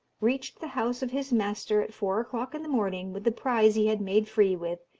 reached the house of his master at four o'clock in the morning with the prize he had made free with,